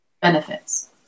benefits